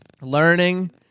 Learning